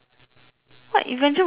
what invention would I like to create ah